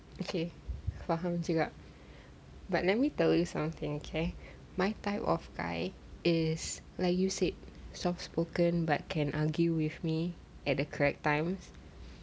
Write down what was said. okay faham juga but let me tell you something K my type of guy is like you said soft spoken but can argue with me at the correct times